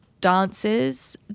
dances